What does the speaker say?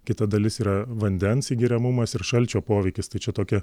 kita dalis yra vandens įgeriamumas ir šalčio poveikis tai čia tokia